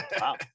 wow